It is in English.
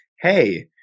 hey—